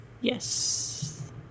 yes